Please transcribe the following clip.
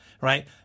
right